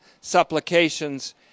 supplications